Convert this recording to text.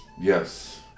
Yes